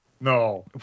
No